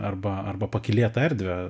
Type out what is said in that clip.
arba arba pakylėtą erdvę